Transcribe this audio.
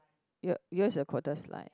your yours a quarter slice